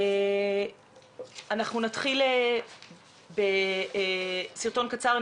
אנחנו נתחיל בסרטון קצר.